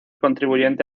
contribuyente